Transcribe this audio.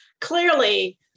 Clearly